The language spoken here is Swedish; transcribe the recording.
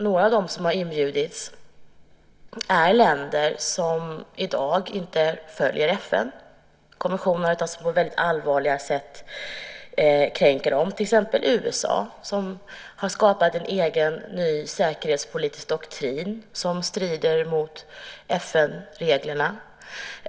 Några av dem som bjudits in är länder som i dag inte följer FN:s konventioner utan kränker dem på allvarliga sätt. USA har till exempel skapat en egen, ny säkerhetspolitisk doktrin som strider mot FN-reglerna.